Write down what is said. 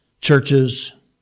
churches